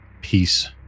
peace